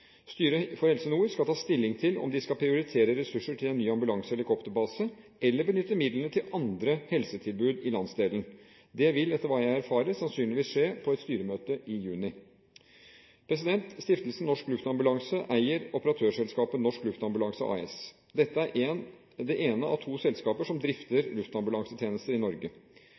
Styret for Helse Nord skal ta stilling til om de skal prioritere ressurser til en ny ambulansehelikopterbase eller benytte midlene til andre helsetilbud i landsdelen. Det vil, etter hva jeg erfarer, sannsynligvis skje på et styremøte i juni. Stiftelsen Norsk Luftambulanse eier operatørselskapet Norsk Luftambulanse AS. Dette er det ene av to selskaper som drifter luftambulansetjenester i Norge.